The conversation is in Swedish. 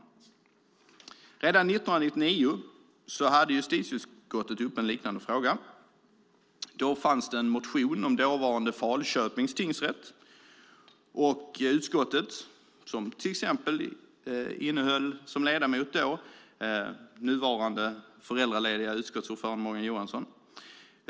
Redan 1999 hade justitieutskottet uppe en liknande fråga. Då fanns det en motion om dåvarande Falköpings tingsrätt. I utskottet var till exempel nuvarande föräldralediga utskottsordföranden Morgan Johansson ledamot.